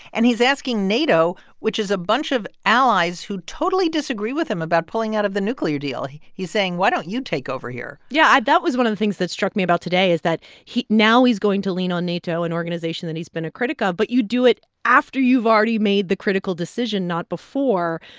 and he's asking nato, which is a bunch of allies who totally disagree with him about pulling out of the nuclear deal he's saying why don't you take over here? yeah, and that was one of the things that struck me about today is that now he's going to lean on nato, an organization that he's been a critic of. but you do it after you've already made the critical decision, not before,